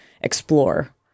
explore